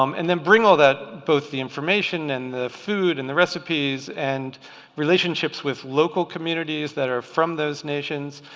um and then bring all that both the information and the food and the recipes and relationships with local communities that are from those nations